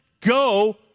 go